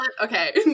Okay